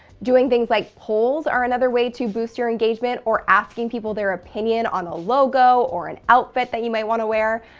doing things like polls are another way to boost your engagement, or asking people their opinion on a logo or an outfit that you might want to wear.